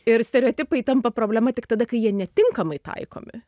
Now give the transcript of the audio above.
ir stereotipai tampa problema tik tada kai jie netinkamai taikomi